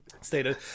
stated